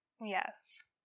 Yes